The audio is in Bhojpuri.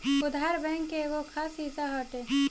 उधार, बैंक के एगो खास हिस्सा हटे